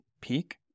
Peak